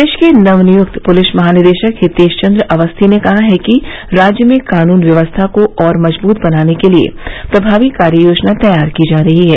प्रदेश के नवनियुक्त पूलिस महानिदेशक हितेश चन्द्र अवस्थी ने कहा है कि राज्य में कानून व्यवस्था को और मजबूत बनाने के लिए प्रभावी कार्ययोजना तैयार की जा रही है